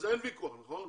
על זה אין ויכוח, נכון?